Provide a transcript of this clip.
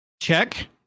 check